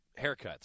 haircuts